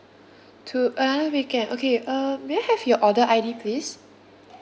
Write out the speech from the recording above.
to another weekend okay uh may I have your order I_D please